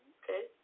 okay